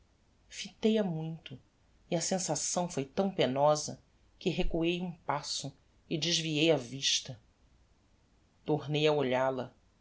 fitei a muito e a sensação foi tão penosa que recuei um passo e desviei a vista tornei